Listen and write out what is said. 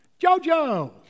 Jojo